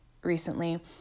recently